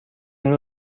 نوع